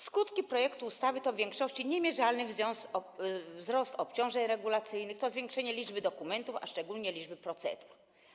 Skutki projektu ustawy to w większości niemierzalny wzrost obciążeń regulacyjnych, zwiększenie liczby dokumentów, a szczególnie liczby procedur.